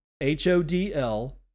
H-O-D-L